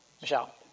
Michelle